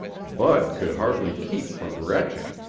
bud could hardly keep from retching.